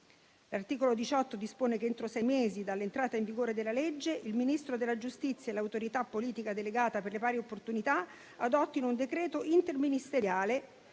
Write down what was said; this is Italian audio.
L'articolo 18 dispone che, entro sei mesi dall'entrata in vigore della legge, il Ministro della giustizia e l'autorità politica delegata per le pari opportunità adottino un decreto interministeriale